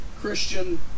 Christian